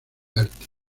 artes